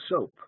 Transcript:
soap